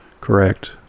Correct